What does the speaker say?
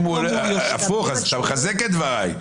אז אתה מחזק את דבריי,